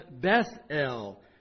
Bethel